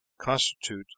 constitute